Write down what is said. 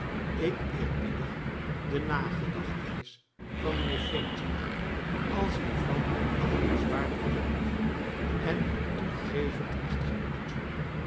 ik eerbiedig de nagedachtenis van mijnheer f als die van een achtenswaardig man en een toegevend echtgenoot